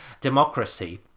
democracy